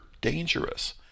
dangerous